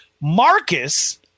Marcus